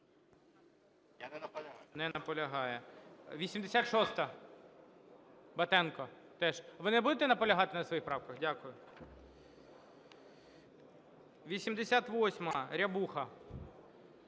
Я не наполягаю.